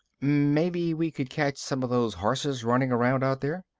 maybe we could catch some of those horses running around out there.